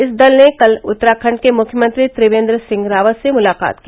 इस दल ने कल उत्तराखण्ड के मुख्यमंत्री त्रिवेन्द्र सिंह रावत से मुलाकात की